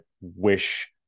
wish